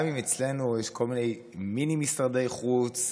גם אם אצלנו יש כל מיני משרדי חוץ,